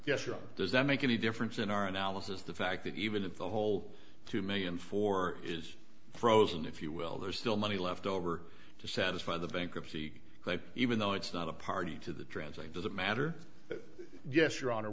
yes you're does that make any difference in our analysis the fact that even if the whole two million four is frozen if you will there's still money left over to satisfy the bankruptcy like even though it's not a party to the transit does it matter that yes your hon